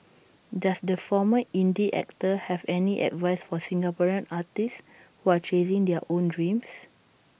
does the former indie actor have any advice for Singaporean artists who are chasing their own dreams